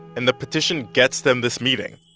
and the petition gets them this meeting.